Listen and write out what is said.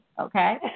Okay